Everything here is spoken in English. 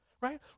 Right